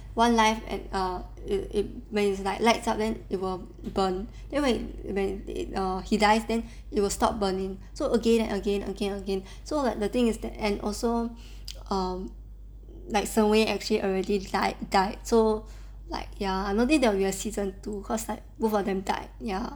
one life and err it when it's like lights up then it will burn then when when it err he dies then it will stop burning so again again again again so like the thing is that also 沈巍 actually already died died so like ya I don't think there will be a season two cause like both of them died ya